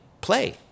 play